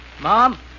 Mom